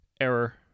Error